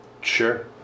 sure